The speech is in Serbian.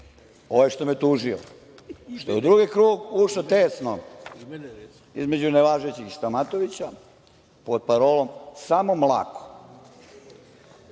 ovaj što me tužio, što je u drugi krug ušao tesno, između nevažećih Stamatovića, pod parolom – Samo mlako.